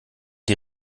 die